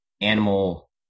animal